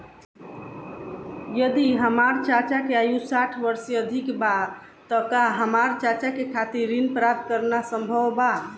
यदि हमार चाचा के आयु साठ वर्ष से अधिक बा त का हमार चाचा के खातिर ऋण प्राप्त करना संभव बा?